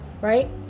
right